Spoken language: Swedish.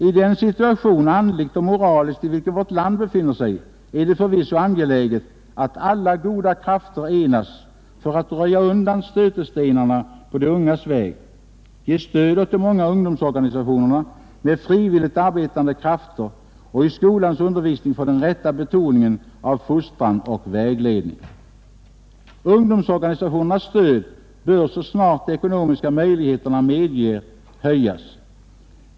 I den situation, andligt och moraliskt, i vilken vårt land befinner sig, är det förvisso angeläget att alla goda krafter enas för att undanröja stötestenarna på de ungas väg, ge stöd åt de många ungdomsorganisationerna med frivilligt arbetande krafter och i skolans undervisning få den rätta betoningen av fostran och vägledning. Ungdomsorganisationernas stöd bör så snart de ekonomiska möjligheterna medger höjas.